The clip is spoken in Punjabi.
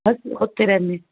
ਬਸ ਉੱਥੇ ਰਹਿੰਦੇ